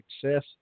success